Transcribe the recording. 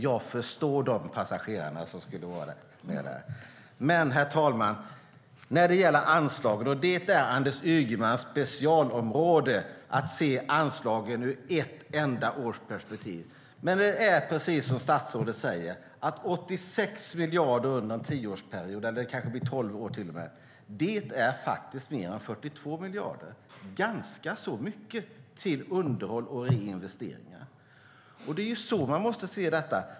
Jag förstår de passagerarna. Men, herr talman, nu gäller det anslagen. Det är Anders Ygemans specialområde att se anslagen ur ett enda års perspektiv. Men det är precis som statsrådet säger. 86 miljarder under en tioårsperiod - eller det kanske blir tolv år, till och med - är faktiskt mer än 42 miljarder. Det är ganska mycket till underhåll och reinvesteringar. Det är så man måste se detta.